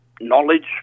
knowledge